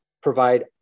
provide